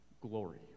glory